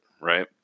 right